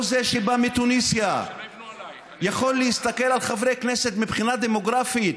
או זה שבא מתוניסיה יכול להסתכל על חברי כנסת מבחינה דמוגרפית